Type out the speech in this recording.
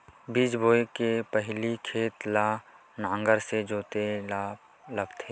बीज बोय के पहिली खेत ल नांगर से जोतेल लगथे?